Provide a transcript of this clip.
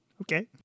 okay